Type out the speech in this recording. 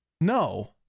no